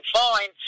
fine